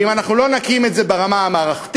ואם אנחנו לא נקים את זה ברמה המערכתית,